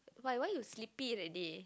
why why you sleepy already